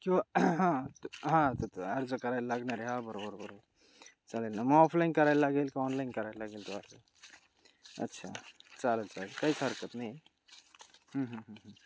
किंवा हां तर अर्ज करायला लागणार आहे हा बरोबर बरोबर चालेल ना मग ऑफलाईन करायला लागेल का ऑनलाईन करायला लागेल बुवा अच्छा चालेल चालेल काहीच हरकत नाही